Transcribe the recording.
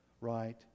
right